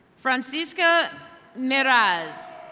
francsica miraz.